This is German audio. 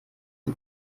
mit